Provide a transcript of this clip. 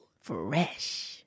Fresh